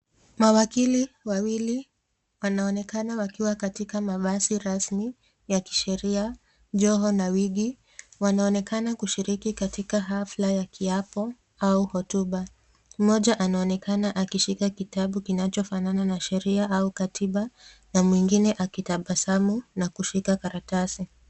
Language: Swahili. Mawakili wawili wanaonekana wakiwa katika mavazi rasmi ya kisheria joho na wigi. Wanaonekana kushiriki katika hafla ya kiapo au hotuba. Mmoja anaonekana akishika kitabu kinachofanana na sheria au katiba na mwingine akitabasamu na kushika karatasi.